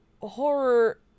horror